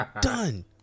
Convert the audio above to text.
done